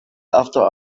after